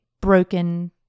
broken